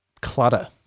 clutter